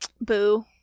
Boo